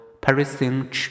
Parisian